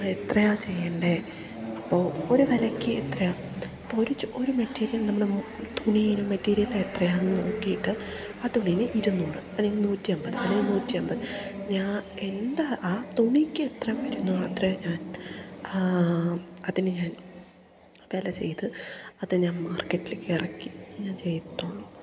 എത്രയാ ചെയ്യണ്ടത് അപ്പോൾ ഒരു വിലക്ക് എത്രയാ ഇപ്പം ഒരു ഒരു മെറ്റീരിയൽ നമ്മള് തുണിയിൽ മെറ്റീരിയൽ എത്രയാണെന്ന് നോക്കിയിട്ട് ആ തുണീന് ഇരുന്നൂറ് അല്ലെങ്കിൽ നൂറ്റിയമ്പത് അല്ലെങ്കിൽ നൂറ്റിയെൺപത് ഞാൻ എന്താ ആ തുണിക്കെത്ര വരുന്നു അത്രയേ ഞാൻ അതിന് ഞാൻ വില ചെയ്ത് അത് ഞാൻ മാർക്കറ്റിലേക്ക് ഇറക്കി ഞാൻ ചെയ്യത്തൊള്ളു